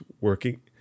working